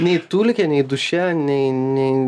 nei tulike nei duše nei nei